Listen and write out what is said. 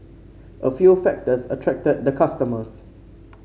a few factors attracted the customers